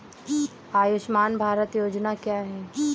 आयुष्मान भारत योजना क्या है?